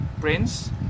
prince